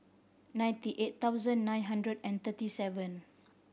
ninety eight thousand nine hundred and thirty seven